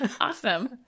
awesome